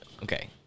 Okay